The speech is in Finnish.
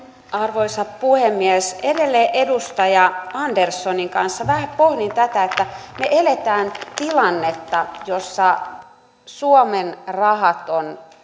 arvoisa puhemies kun edelleen edustaja anderssonin kanssa vähän pohdin tätä että me elämme tilannetta jossa suomen rahat ovat